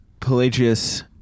pelagius